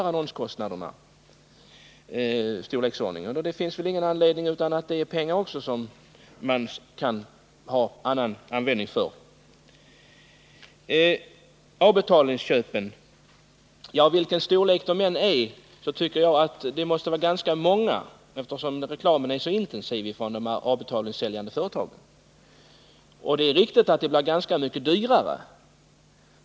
Annonskostnaderna ligger i dag på ungefär 2 milj.kr. Det är pengar som man kan ha annan användning för. Vilken storlek avbetalningsköpen än har tänker jag mig att de måste vara ganska många, eftersom reklamen från de avbetalningssäljande företagen är så intensiv. Det är riktigt att det blir rätt mycket dyrare att köpa obligationer på det sättet.